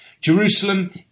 Jerusalem